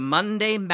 Monday